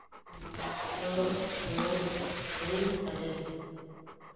ᱱᱤᱛᱚᱜ ᱪᱮᱫ ᱥᱮᱨᱮᱧ ᱥᱟᱰᱮ ᱠᱟᱱᱟ